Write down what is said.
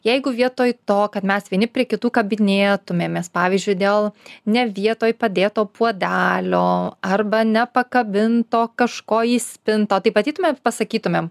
jeigu vietoj to kad mes vieni prie kitų kabinėtumėmės pavyzdžiui dėl ne vietoj padėto puodelio arba nepakabinto kažko į spintą taip ateitumėm ir pasakytumėm